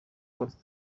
costa